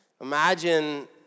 Imagine